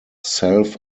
self